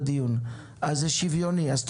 הדיון פה